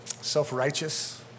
self-righteous